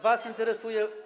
Was interesuje.